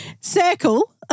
circle